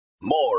more